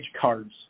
cards